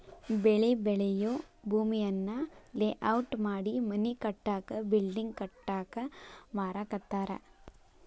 ಬೆಳಿ ಬೆಳಿಯೂ ಭೂಮಿಯನ್ನ ಲೇಔಟ್ ಮಾಡಿ ಮನಿ ಕಟ್ಟಾಕ ಬಿಲ್ಡಿಂಗ್ ಕಟ್ಟಾಕ ಮಾರಾಕತ್ತಾರ